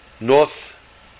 North